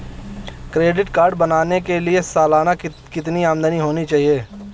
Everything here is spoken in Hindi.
क्रेडिट कार्ड बनाने के लिए सालाना कितनी आमदनी होनी चाहिए?